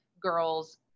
girls